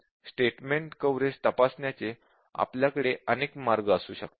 statement coverage तपासण्याचे आपल्याकडे अनेक मार्ग असू शकतात